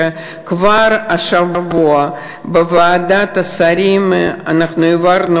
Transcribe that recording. שכבר השבוע בוועדת השרים אנחנו העברנו